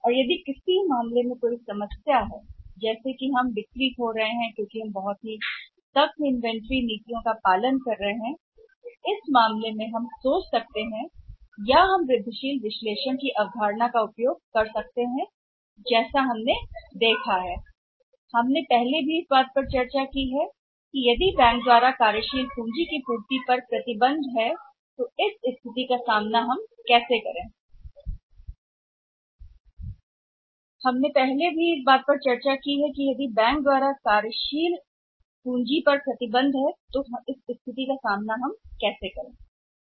और किसी भी मामले में अगर वह समस्या कहता है कि हम बिक्री खो रहे हैं क्योंकि हम बहुत तंग हो रहे हैं उस स्थिति में इन्वेंट्री नीतियां हम सोच सकते हैं या हम वृद्धिशील विश्लेषण का उपयोग कर सकते हैं वृद्धिशील विश्लेषण जैसा कि हमने देखा है और हमने इस बारे में चर्चा की है कि यदि कोई प्रतिबंध है बैंक द्वारा कार्यशील पूंजी की आपूर्ति तो उस विशेष स्थिति से कैसे निपटा जाए